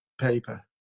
paper